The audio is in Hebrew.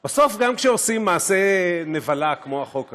בסוף, גם כשעושים מעשה נבלה כמו החוק הזה,